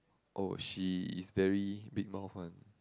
oh she is very big mouth one